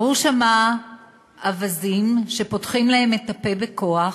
הראו שם אווזים שפותחים להם את הפה בכוח,